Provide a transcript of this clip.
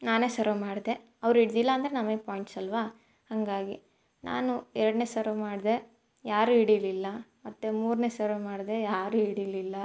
ನಾನೇ ಸರ್ವ್ ಮಾಡಿದೆ ಅವ್ರು ಹಿಡ್ದಿಲ್ಲ ಅಂದರೆ ನಮಗ್ ಪಾಯಿಂಟ್ಸ್ ಅಲ್ಲವಾ ಹಾಗಾಗಿ ನಾನು ಎರಡನೇ ಸರ್ವ್ ಮಾಡಿದೆ ಯಾರೂ ಹಿಡೀಲಿಲ್ಲ ಮತ್ತು ಮೂರನೇ ಸರ್ವ್ ಮಾಡಿದೆ ಯಾರೂ ಹಿಡೀಲಿಲ್ಲ